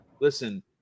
Listen